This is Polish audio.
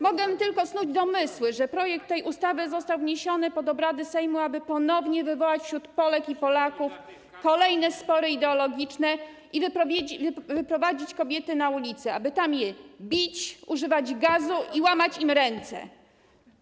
Mogę tylko snuć domysły, że projekt tej ustawy został wniesiony pod obrady Sejmu po to, aby ponownie wywołać wśród Polek i Polaków kolejne spory ideologiczne i wyprowadzić kobiety na ulice, aby tam je bić, używać gazu i łamać im ręce.